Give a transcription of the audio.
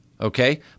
okay